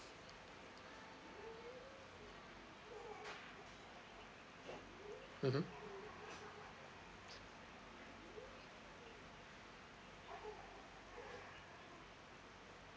mmhmm